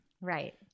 Right